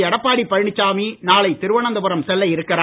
எடப்பாடி பழனிசாமி நாளை திருவனந்தபுரம் செல்ல இருக்கிறார்